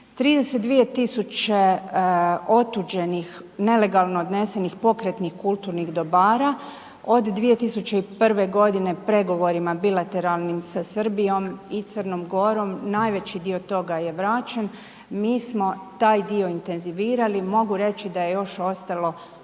32.000 otuđenih, nelegalno odnesenih pokretnih kulturnih dobara od 2001.g. pregovorima bilateralnim sa Srbijom i Crnom Gorom najveći dio toga je vraćen, mi smo taj dio intenzivirali, mogu reći da je još ostalo,